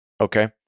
Okay